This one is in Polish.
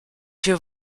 się